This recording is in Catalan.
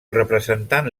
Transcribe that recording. representant